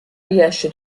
riesce